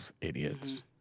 Idiots